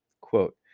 Quote